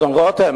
אדון רותם,